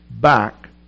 back